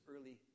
early